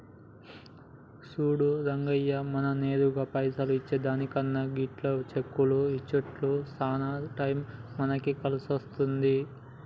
సూడు రంగయ్య మనం నేరుగా పైసలు ఇచ్చే దానికన్నా గిట్ల చెక్కులు ఇచ్చుట్ల సాన టైం మనకి కలిసొస్తాది